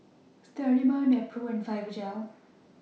Sterimar Nepro and Fibogel